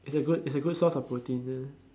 is a good is a good source of protein